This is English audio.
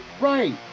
Right